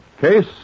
Case